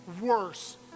worse